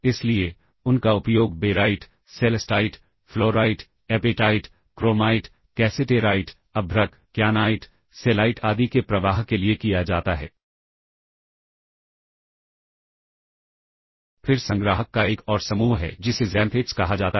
इसलिए यदि सबरूटीन रजिस्टरों की सामग्री को निष्पादित करता है तो इन संशोधनों को वापस स्थानांतरित कर दिया जाएगा उन्हें सबरूटीन से लौटने पर कॉलिंग प्रोग्राम में वापस स्थानांतरित कर दिया जाएगा